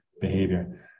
behavior